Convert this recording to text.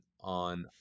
on